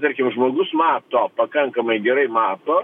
tarkim žmogus mato pakankamai gerai mato